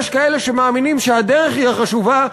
יש כאלה שמאמינים שהדרך היא החשובה,